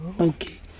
Okay